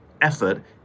effort